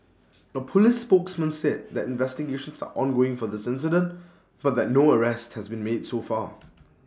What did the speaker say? A Police spokesman said that investigations are ongoing for this incident but that no arrests had been made so far